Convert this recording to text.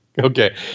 Okay